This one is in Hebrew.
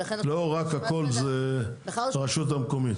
ולכן --- לא רק הכל זה הרשות המקומית.